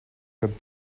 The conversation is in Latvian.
kad